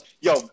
yo